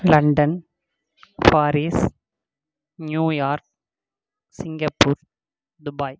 London Paris New York Singapore Dubai